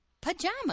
pajamas